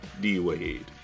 D-Wade